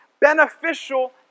beneficial